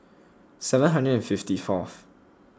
seven hundred and fifty fourth